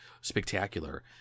spectacular